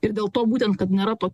ir dėl to būtent kad nėra to